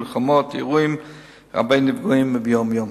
מלחמות, אירועים רבי-נפגעים וביום-יום.